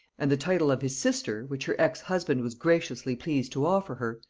and the title of his sister which her ex-husband was graciously pleased to offer her,